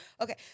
Okay